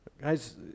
Guys